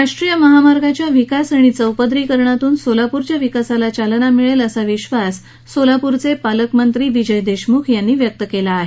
राष्ट्रीय महामार्गाच्या विकास आणि चौपदरीकरणातून सोलापूरच्या विकासाला चालना मिळेल असा विक्वास सोलापूर पालकमंत्री विजय देशमुख यांनी व्यक्त केला आहे